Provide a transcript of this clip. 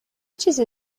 چیزی